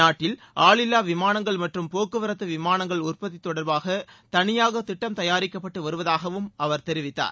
நாட்டில் ஆளில்லா விமானங்கள் மற்றும் போக்குவரத்து விமானங்கள் உற்பத்தி தொடர்பாக தனியாக திட்டம் தயாரிக்கப்பட்டு வருவதாகவும் அவர் தெரிவித்தார்